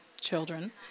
children